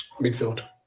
Midfield